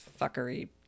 fuckery